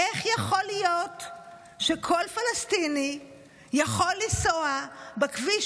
איך יכול להיות שכל פלסטיני יכול לנסוע בכביש